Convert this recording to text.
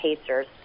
Pacers